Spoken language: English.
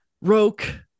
roke